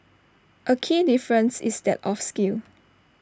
A key difference is that of scale